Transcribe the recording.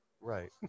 Right